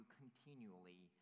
continually